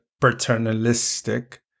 paternalistic